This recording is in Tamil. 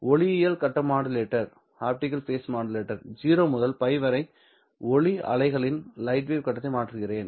ஒளியியல் கட்ட மாடுலேட்டர் 0 முதல் π வரை செல்ல ஒளி அலைகளின் கட்டத்தை மாற்றுகிறேன்